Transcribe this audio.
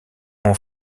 ont